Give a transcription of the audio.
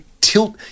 tilt